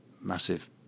massive